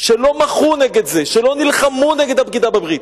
שלא מחו נגד זה, שלא נלחמו נגד הבגידה בברית.